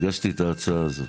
הגשתי את ההצעה הזאת,